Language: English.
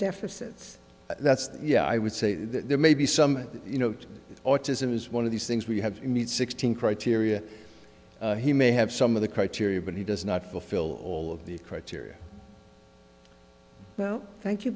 deficits that's yeah i would say that there may be some you know autism is one of these things we have to meet sixteen criteria he may have some of the criteria but he does not fulfill all of the criteria thank you